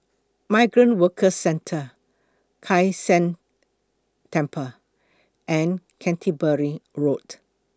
Migrant Workers Centre Kai San Temple and Canterbury Road